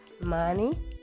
money